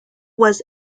was